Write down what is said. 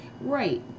Right